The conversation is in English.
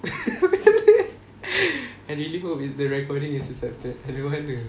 I really hope the recording is accepted I don't want to